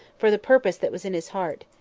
for the purpose that was in his heart.